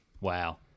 Wow